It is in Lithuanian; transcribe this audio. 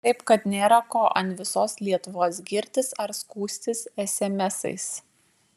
taip kad nėra ko ant visos lietuvos girtis ar skųstis esemesais